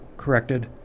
Corrected